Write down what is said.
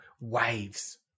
waves